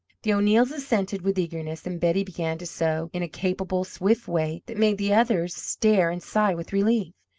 the o'neills assented with eagerness, and betty began to sew in a capable, swift way that made the others stare and sigh with relief.